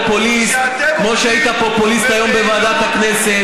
אתה יכול להישאר פופוליסט כמו שהיית פופוליסט היום בוועדת הכנסת,